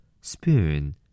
Spoon